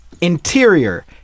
Interior